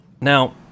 now